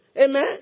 Amen